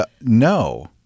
No